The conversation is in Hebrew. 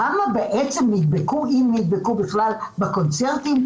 כמה בעצם נדבקו אם נדבקו בכלל בקונצרטים,